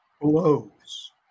blows